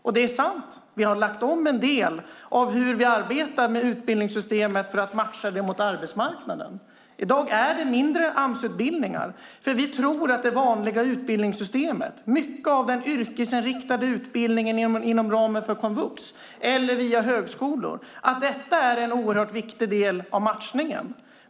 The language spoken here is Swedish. Och det är sant att vi har lagt om en del när det gäller hur vi arbetar med utbildningssystemet för att matcha det mot arbetsmarknaden. I dag är det färre Amsutbildningar, för vi tror att det vanliga utbildningssystemet, mycket av den yrkesinriktade utbildningen inom ramen för komvux eller via högskolor, är en oerhört viktig del av matchningen.